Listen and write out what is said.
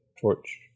torch